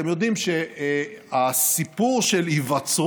אתם יודעים שהסיפור של היווצרות